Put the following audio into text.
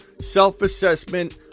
self-assessment